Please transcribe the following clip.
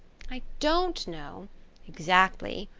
i don't know exactly,